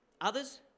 Others